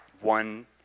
one